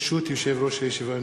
ברשות יושב-ראש הישיבה,